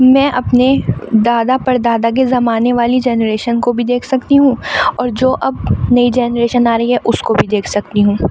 میں اپنے دادا پر دادا کے زمانے والی جنریشن کو بھی دیکھ سکتی ہوں اور جو اب نئی جنریشن آ رہی ہے اس کو بھی دیکھ سکتی ہوں